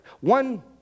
One